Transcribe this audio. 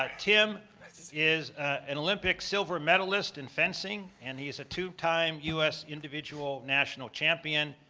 like tim is an olympic silver medalist in fencing and he is a two-time u s. individual national champion,